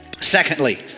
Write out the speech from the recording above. Secondly